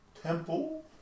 temple